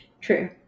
True